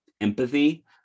empathy